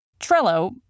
Trello